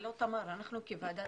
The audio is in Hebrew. כוועדה